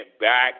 back